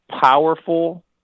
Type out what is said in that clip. powerful